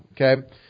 okay